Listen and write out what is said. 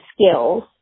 skills